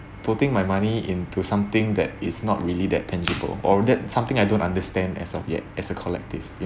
putting my money into something that is not really that tangible or that something I don't understand as of yet as a collective you